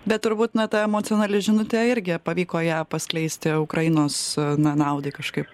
bet turbūt na ta emocionali žinutė irgi pavyko ją paskleisti ukrainos na naudai kažkaip